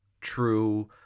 true